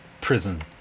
prison